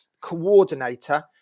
coordinator